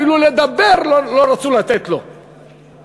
אפילו לדבר לא רצו לתת לו בתל-אביב,